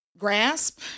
grasp